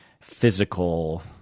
physical